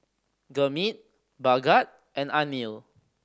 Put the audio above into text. Gurmeet Bhagat and Anil